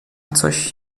coś